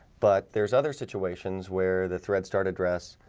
but there's other situations where the thread start address